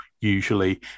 usually